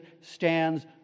stands